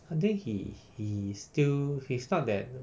I think he he is still he's not that